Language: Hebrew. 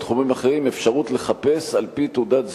תחומים אחרים אפשרות לחפש על-פי תעודת זהות,